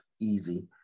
easy